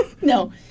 No